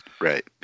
right